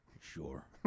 Sure